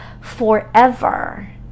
forever